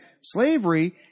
slavery